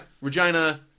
Regina